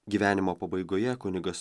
gyvenimo pabaigoje kunigas